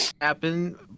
happen